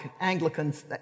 Anglican's